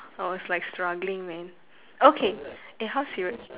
I was like struggling leh okay eh how seriou~